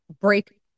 break